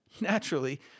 naturally